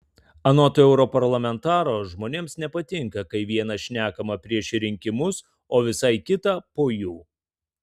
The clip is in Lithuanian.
anot europarlamentaro žmonėms nepatinka kai viena šnekama prieš rinkimus o visai kita po jų